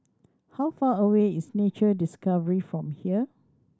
how far away is Nature Discovery from here